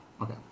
Okay